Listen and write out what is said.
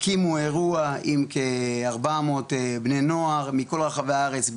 הקימו אירוע עם כ-400 בני נוער מכל רחבי הארץ,